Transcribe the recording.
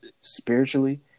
spiritually